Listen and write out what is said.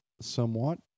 somewhat